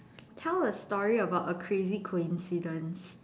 tell a story about a crazy coincidence